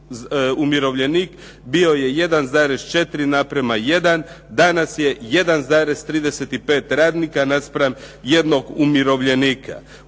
bio je 1,4 naprema 1, danas je 1,35 radnika naspram jednog umirovljenika.